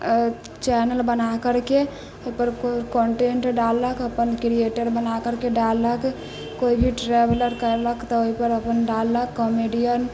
channel बना करके ओहि पर कंटेंट डाललक अपन क्रीयटर बना करके डाललक कोइ भी ट्रैवलर कैलक तऽ ओहि पर अपन डाललक कोमेडियन